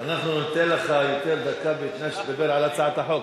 אנחנו ניתן לך דקה יותר בתנאי שתדבר על הצעת החוק,